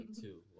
two